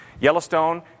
Yellowstone